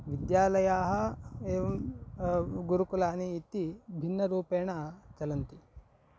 विद्यालयाः एवं गुरुकुलानि इति भिन्नरूपेण चलन्ति